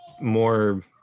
more